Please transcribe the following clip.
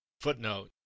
Footnote